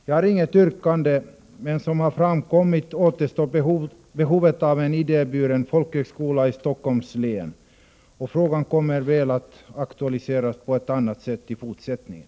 Jag har inget yrkande, men som har framkommit återstår behovet av en idéburen folkhögskola i Stockholms län, och frågan kommer väl att aktualiseras på annat sätt i fortsättningen.